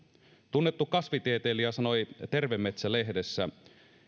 tunnettu kasvitieteilijä sanoi terve metsä lehdessä